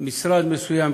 משרד מסוים,